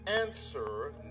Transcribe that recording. answer